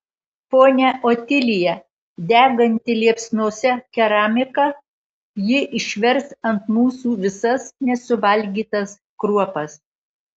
ponia otilija deganti liepsnose keramika ji išvers ant mūsų visas nesuvalgytas kruopas